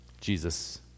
Jesus